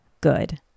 good